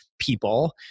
people